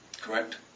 Correct